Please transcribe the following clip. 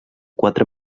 quatre